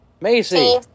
Macy